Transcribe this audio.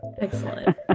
Excellent